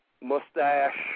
mustache